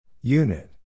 Unit